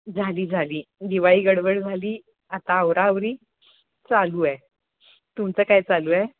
झाली झाली दिवाळी गडबड झाली आता आवराआवरी चालू आहे तुमचं काय चालू आहे